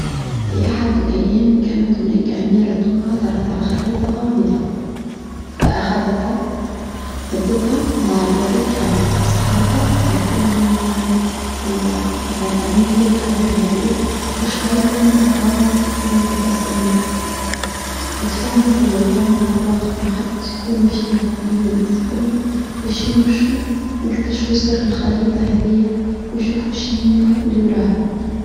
في أحد الأيام كانت هناك أميرة عثرت على خريطة غامضة فأخذتها هزتها وبعد وردتها لأصحابها وقلت لهم رني لدي الخريطة هذه ما رأيكم أن تبعوها ونشوفو وين تتوصلنا وتفهمت هي ويهم على الوقت المحدد تكونوا فيه فاضين الناس كلهم لكي يمشوا ويكتشفوا سر الخريطة هذه ويشوفوا شنيها لوراها.